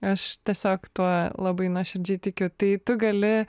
aš tiesiog tuo labai nuoširdžiai tikiu tai tu gali